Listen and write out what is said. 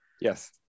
yes